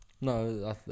No